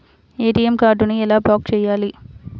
ATM కార్డుని ఎలా block చేయాలి?